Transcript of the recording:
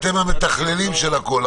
אתם המתכללים של הכול,